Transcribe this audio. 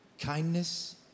kindness